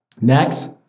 Next